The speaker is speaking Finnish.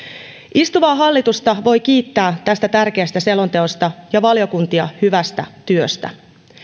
istuvaa hallitusta voi kiittää tästä tärkeästä selonteosta ja valiokuntia hyvästä työstä